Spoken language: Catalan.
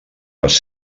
les